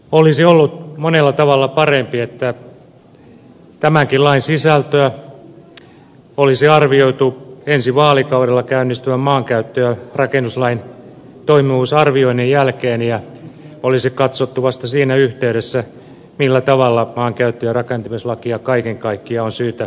olisi ollut monella tavalla parempi että tämänkin lain sisältöä olisi arvioitu ensi vaalikaudella käynnistyvän maankäyttö ja rakennuslain toimivuusarvioinnin jälkeen ja olisi katsottu vasta siinä yhteydessä millä tavalla maankäyttö ja rakennuslakia kaiken kaikkiaan on syytä uudistaa